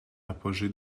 apogée